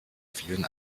vielen